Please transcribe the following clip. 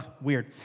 weird